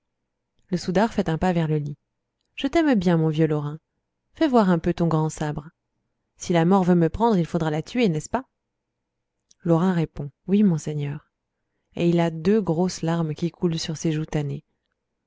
le soudard fait un pas vers le lit je t'aime bien mon vieux lorrain fais voir un peu ton grand sabre si la mort veut me prendre il faudra la tuer n'est-ce pas lorrain répond oui monseigneur et il a deux grosses larmes qui coulent sur ses joues tannées